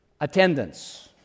attendance